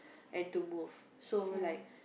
and to move so like